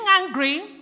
angry